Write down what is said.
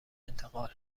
انتقال